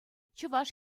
чӑваш